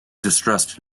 distressed